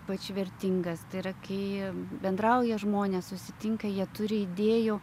ypač vertingas tai yra kai jie bendrauja žmonės susitinka jie turi idėjų